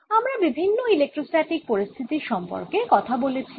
আমরা বিভিন্ন ইলেক্ট্রোস্ট্যাটিক পরিস্থিতির সম্পর্কে কথা বলেছি